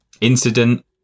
incident